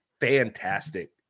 fantastic